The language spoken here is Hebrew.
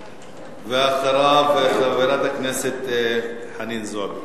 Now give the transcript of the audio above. ואחריו, חברת הכנסת חנין זועבי.